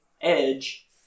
Edge